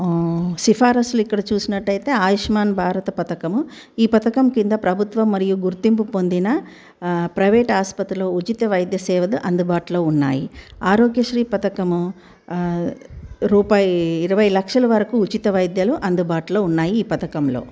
సిఫార్సులు ఇక్కడ చూసినట్టయితే ఆయుష్మాన్ భారత పథకము ఈ పథకం కింద ప్రభుత్వం మరియు గుర్తింపు పొందిన ప్రైవేట్ ఆసుపత్రులో ఉచిత వైద్య సేవలు అందుబాటులో ఉన్నాయి ఆరోగ్యశ్రీ పథకము రూపాయి ఇరవై లక్షల వరకు ఉచిత వైద్యాలు అందుబాటులో ఉన్నాయి ఈ పథకంలో